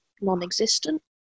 non-existent